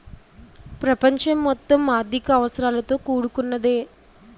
ప్రపంచం మొత్తం ఆర్థిక అవసరాలతో కూడుకున్నదే